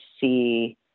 see